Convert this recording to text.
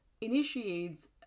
initiates